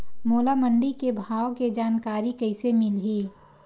मोला मंडी के भाव के जानकारी कइसे मिलही?